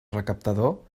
recaptador